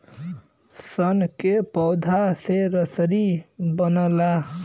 सन के पौधा से रसरी बनला